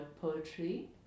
poetry